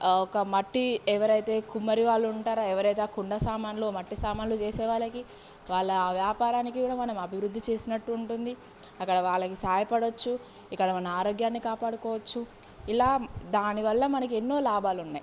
ఒక మట్టి ఎవరైతే కుమ్మరి వాళ్ళు ఉంటారో ఎవరైతే ఆ కుండ సామాన్లు మట్టి సామాన్లు చేసే వాళ్ళకి వాళ్ళ వ్యాపారానికి కూడా మనం అభివృద్ధి చేసినట్టు ఉంటుంది అక్కడ వాళ్ళకి సహయపడవచ్చు ఇక్కడ మనం ఆరోగ్యాన్ని కాపాడుకోవచ్చు ఇలా దానివల్ల మనకి ఎన్నో లాభాలు ఉన్నాయి